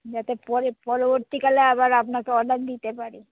যাতে পরে পরবর্তীকালে আবার আপনাকে অর্ডার দিতে পারি